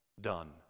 done